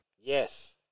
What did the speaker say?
yes